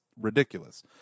ridiculous